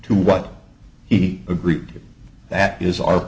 to what he agreed to that is our